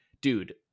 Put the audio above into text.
dude